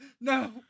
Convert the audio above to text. No